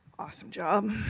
awesome job.